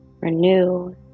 renew